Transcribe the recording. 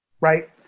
right